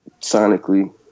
sonically